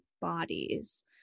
bodies